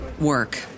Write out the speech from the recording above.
work